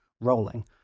rolling